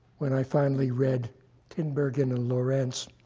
when i finally read tinbergen and lorenz,